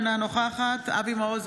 אינה נוכחת אבי מעוז,